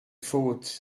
though